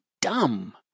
dumb